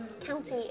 county